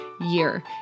year